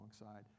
alongside